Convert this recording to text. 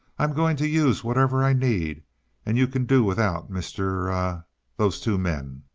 i'm going to use whatever i need and you can do without mr er those two men.